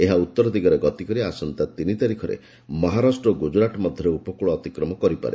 ଏହା ଉତର ଦିଗରେ ଗତି କରି ଆସନ୍ତା ତିନି ତାରିଖରେ ମହାରାଷ୍ଟ୍ର ଓ ଗୁଜରାଟ ମଧ୍ୟରେ ଉପକୂଳ ଅତିକ୍ରମ କରିପାରେ